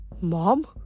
Mom